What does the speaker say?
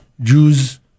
Jews